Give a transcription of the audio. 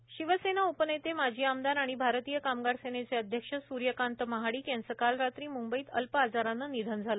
महाडिक निधन शिवसेना उपनेते माजी आमदार आणि भारतीय कामगार सेनेचे अध्यक्ष सुर्यकांत महाडिक यांचं काल रात्री म्ंबईत अल्प आजारानं निधन झालं